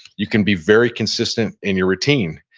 you can be very consistent in your routine.